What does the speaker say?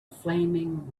flaming